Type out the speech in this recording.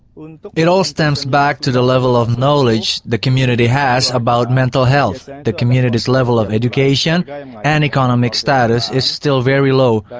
it all stems back to the level of knowledge the community has about mental health, the community's level of education and economic status is still very low.